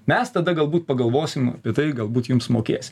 mes tada galbūt pagalvosim tai galbūt jums mokės